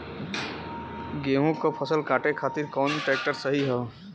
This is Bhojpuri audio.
गेहूँक फसल कांटे खातिर कौन ट्रैक्टर सही ह?